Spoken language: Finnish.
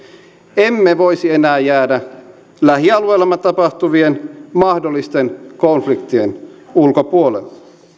emme voisi enää jäädä lähialueillamme tapahtuvien mahdollisten konfliktien ulkopuolelle